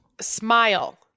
smile